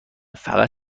فقط